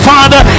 Father